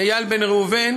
איל בן ראובן,